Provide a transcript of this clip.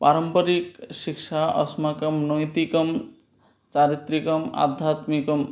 पारम्परिकशिक्षा अस्माकं नैतिकं चारित्रिकम् आध्यात्मिकं